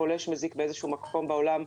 מפולש מזיק באיזשהו מקום בעולם.